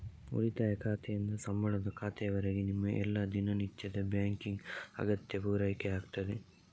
ಉಳಿತಾಯ ಖಾತೆಯಿಂದ ಸಂಬಳದ ಖಾತೆಯವರೆಗೆ ನಿಮ್ಮ ಎಲ್ಲಾ ದಿನನಿತ್ಯದ ಬ್ಯಾಂಕಿಂಗ್ ಅಗತ್ಯ ಪೂರೈಕೆ ಆಗ್ತದೆ